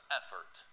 effort